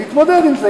תתמודד עם זה.